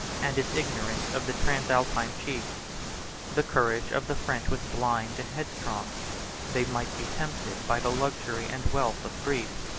and his ignorance of the transalpine chiefs the courage of the french was blind and headstrong they might be tempted by the luxury and wealth of greece,